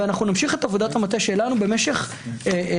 ואנחנו נמשיך את עבודת המטה שלנו במשך שנה